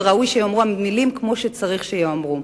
וראוי שייאמרו המלים כמו שצריך שייאמרו.